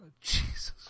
Jesus